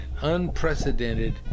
unprecedented